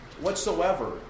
whatsoever